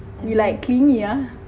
we like clingy ah